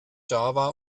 java